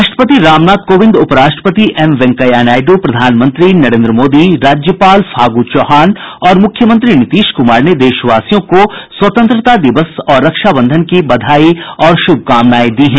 राष्ट्रपति रामनाथ कोविंद उपराष्ट्रपति एम वेंकैया नायडू प्रधानमंत्री नरेन्द्र मोदी राज्यपाल फागू चौहान और मुख्यमंत्री नीतीश कुमार ने देशवासियों को स्वतंत्रता दिवस और रक्षाबंधन की बधाई और शुभकामना दी है